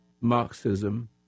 Marxism